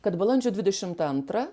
kad balandžio dvidešimt antrą